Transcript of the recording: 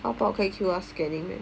淘宝可以 Q_R scanning meh